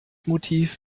motiv